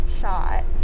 shot